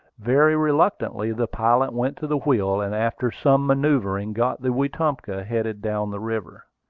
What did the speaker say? very reluctantly the pilot went to the wheel, and after some manoeuvring got the wetumpka headed down the river.